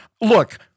look